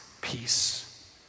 Peace